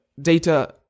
data